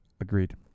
Agreed